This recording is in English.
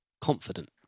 confident